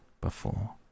before